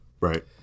Right